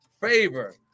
favor